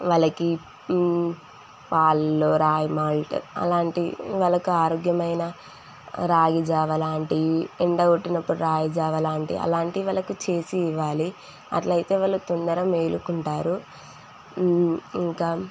వాళ్ళకి పాలల్లో రాగి మాల్ట్ అలాంటివి వాళ్ళకి ఆరోగ్యమైన రాగి జావ లాంటివి ఎండ పెట్టినప్పుడు రాగి జావ లాంటియి అలాంటియి వాళ్ళకు చేసి ఇవ్వాలి అట్లయితే వాళ్ళు తొందర మేలుకుంటారు ఇంకా